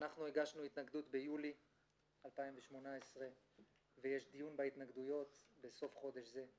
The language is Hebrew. אנחנו הגשנו התנגדות ביולי 2018 ויש דיון בהתנגדויות בסוף חודש זה.